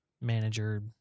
manager